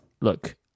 look